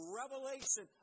revelation